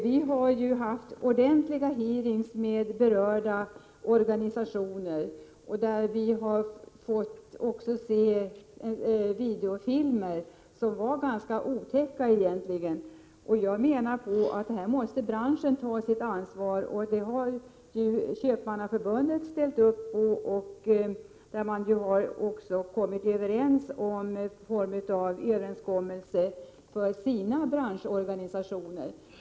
Vi har haft ordentliga hearings med företrädare för berörda organisationer, och vi har fått se ganska otäcka videofilmer. Jag menar alltså att här måste branschen ta sitt ansvar. Detta har också Köpmannaförbundet ställt upp på, och förbundet har fått till stånd en form av överenskommelse som gäller branschorganisationerna.